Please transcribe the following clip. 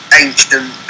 ancient